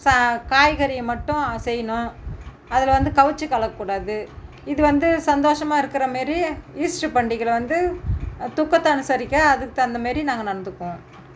ச காய்கறியை மட்டும் ஆ செய்யணும் அதில் வந்து கவிச்சி கலக்ககூடாது இது வந்து சந்தோஷமாக இருக்கிற மாரி ஈஸ்ட்டு பண்டிகையில் வந்து துக்கத்தை அனுசரிக்க அதுக்கு தகுந்த மாரி நாங்கள் நடந்துக்குவோம்